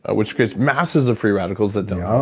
ah which gets masses of free radicals that don't, um